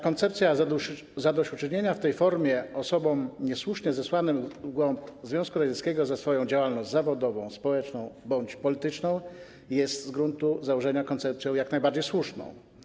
Koncepcja zadośćuczynienia w tej formie osobom niesłusznie zesłanym w głąb Związku Radzieckiego za swoją działalność zawodową, społeczną bądź polityczną jest z założenia koncepcją jak najbardziej słuszną.